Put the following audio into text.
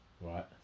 Right